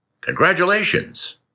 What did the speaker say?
Congratulations